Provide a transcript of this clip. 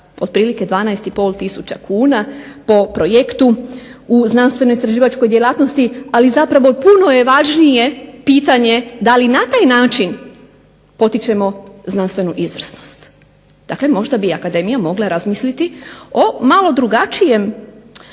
otprilike sa 12,5 tisuće kuna po projektu u znanstveno-istraživačkoj djelatnosti, ali zapravo puno je važnije pitanje da li na taj način potičemo znanstvenu izvrsnost? Dakle, možda bi akademija mogla razmisliti o malo drugačijem